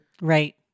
Right